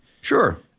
Sure